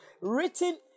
written